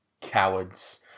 cowards